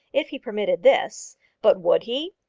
if he permitted this but would he?